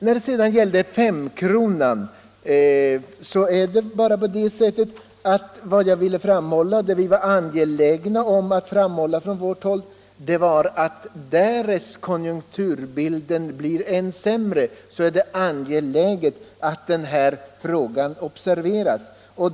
Vad sedan gäller femkronan var vi från vårt håll angelägna om att framhålla, att därest konjunkturbilden blev sämre var det viktigt att den frågan observerades.